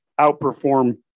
outperform